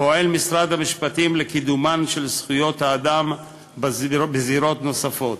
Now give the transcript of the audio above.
פועל משרד המשפטים לקידומן של זכויות האדם בזירות נוספות.